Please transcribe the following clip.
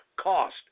cost